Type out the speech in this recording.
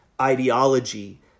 ideology